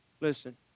Listen